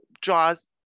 draws